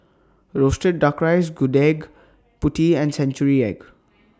Roasted Duck Rice Gudeg Putih and Century Egg